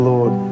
Lord